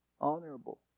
honorable